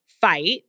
fight